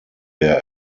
der